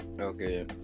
Okay